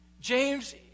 James